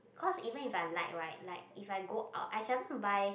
cause even if I like right like if I go out I seldom buy